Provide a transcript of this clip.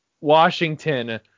Washington